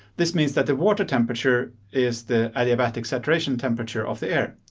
this means that the water temperature is the adiabatic saturation temperature of the air.